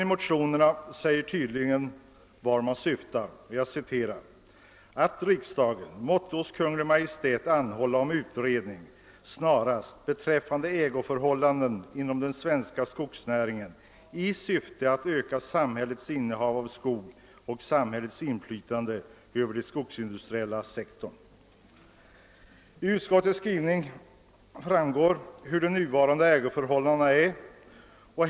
Och motionernas kläm säger tydligt vad de åsyftar, nämligen »att riksdagen måtte hos Kungl. Maj:t anhålla om utredning snarast beträffande ägandeförhållandena inom den svenska skogsnäringen i syften att öka samhällets innehav av skog och samhällets inflytande över den skogsindustriella sektorn«. Av utskottets skrivning framgår de nuvarande ägandeförhållandena i fråga om skogen.